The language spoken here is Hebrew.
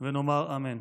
ונאמר אמן.